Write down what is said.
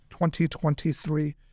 2023